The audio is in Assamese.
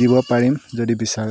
দিব পাৰিম যদি বিচাৰে